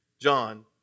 John